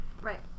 right